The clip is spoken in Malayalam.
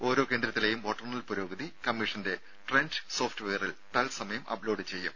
ഓരോ കേന്ദ്രത്തിലെയും വോട്ടെണ്ണൽ പുരോഗതി കമ്മീഷന്റെ ട്രെൻഡ് സോഫ്റ്റ് വെയറിൽ തത്സമയം അപ് ലോഡ് ചെയ്യും